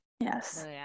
Yes